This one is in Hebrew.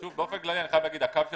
באופן כללי אני חייב לומר שהקו של